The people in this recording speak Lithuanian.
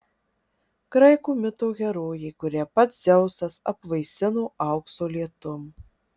graikų mito herojė kurią pats dzeusas apvaisino aukso lietum